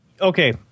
Okay